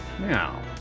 Now